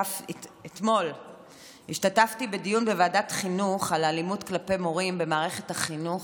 אתמול השתתפתי בדיון בוועדת חינוך על אלימות כלפי מורים במערכת החינוך,